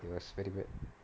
it was very bad